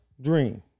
Dream